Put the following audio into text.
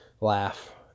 laugh